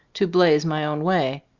to blaze my own way.